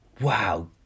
Wow